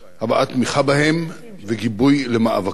הבעת תמיכה בהם וגיבוי למאבקם.